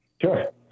Sure